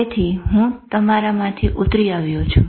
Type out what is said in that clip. તેથી હું તમારા માંથી ઉતરી આવ્યો છું